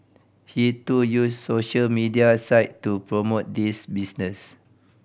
he too used social media site to promote this business